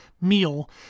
meal